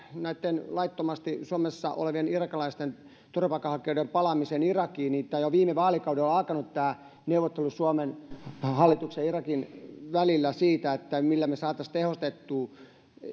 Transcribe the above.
näitten laittomasti suomessa olevien irakilaisten turvapaikanhakijoiden palaamiseen irakiin niin jo viime vaalikaudella on alkanut tämä neuvottelu suomen hallituksen ja irakin välillä siitä millä me saisimme tehostettua